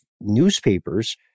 newspapers